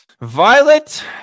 Violet